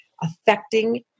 affecting